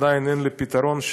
עדיין אין לי פתרון,